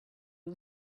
you